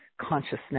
consciousness